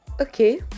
Okay